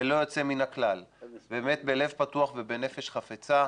ללא יוצא מן הכלל ובאמת בלב פתוח ובנפש חפצה,